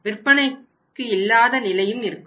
விற்பனைக்கு இல்லாத நிலையும் இருக்கும்